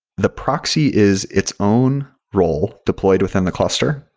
the proxy is its own role deployed within the cluster,